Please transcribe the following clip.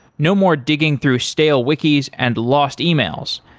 no more digging through stale wikis and lost emails.